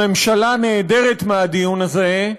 הממשלה נעדרת מהדיון הזה,